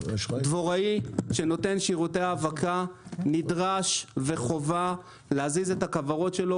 דבוראי שנותן שירותי האבקה נדרש וחובה להזיז את הכוורות שלו